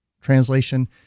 Translation